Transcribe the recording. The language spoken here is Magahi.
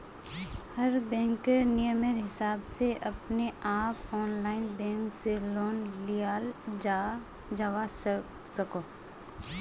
हर बैंकेर नियमेर हिसाब से अपने आप ऑनलाइन बैंक से लोन लियाल जावा सकोह